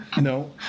No